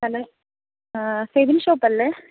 hello ഫെവിൻ shop അല്ലേ